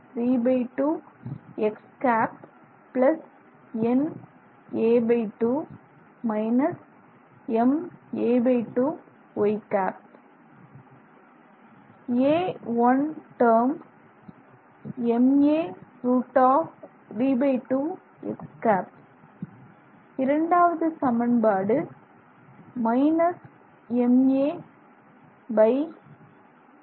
a1 term ma √32x ̂ இரண்டாவது சமன்பாடு ma2y ̂